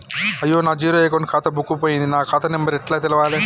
అయ్యా నా zero account ఖాతా బుక్కు పోయింది నా ఖాతా నెంబరు ఎట్ల తెలవాలే?